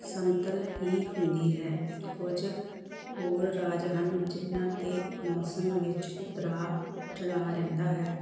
ਸਮਤਲ ਹੀ ਹੁੰਦੀ ਹੈ ਕੁਝ ਹੋਰ ਰਾਜ ਹਨ ਜਿਨ੍ਹਾਂ 'ਤੇ ਮੌਸਮ ਵਿੱਚ ਉਤਰਾਅ ਚੜਾਅ ਰਹਿੰਦਾ ਹੈ